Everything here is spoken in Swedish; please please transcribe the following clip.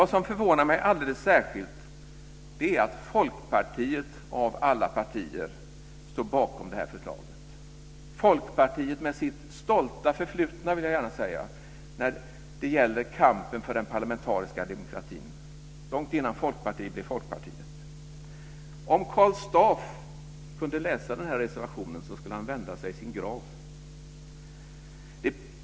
Vad som förvånar mig alldeles särskilt är att Folkpartiet av alla partier står bakom det här förslaget - Folkpartiet med, vill jag gärna säga, sitt stolta förflutna när det gäller kampen för den parlamentariska demokratin, långt innan Folkpartiet blev Folkpartiet. Om Karl Staaff kunde läsa den här reservationen skulle han vända sig i sin grav.